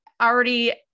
already